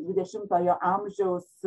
dvidešimtojo amžiaus